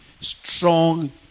strong